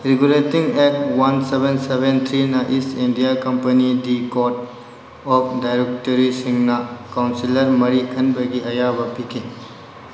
regulating act one seven seven ꯊ꯭ꯔꯤꯅ East India company the court of ꯗꯥꯏꯔꯦꯛꯇꯔꯤꯁꯤꯡꯅ councillor ꯃꯔꯤ ꯈꯟꯕꯒꯤ ꯑꯌꯥꯕ ꯄꯤꯈꯤ